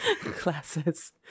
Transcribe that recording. classes